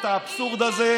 את האבסורד הזה,